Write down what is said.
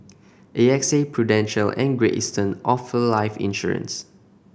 A X A Prudential and Great Eastern offer life insurance